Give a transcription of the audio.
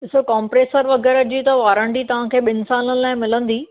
ॾिसो कोमप्रेसर वगैरह जी त वॉरंटी तव्हां खे ॿिन सालनि लाइ मिलंदी